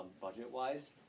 budget-wise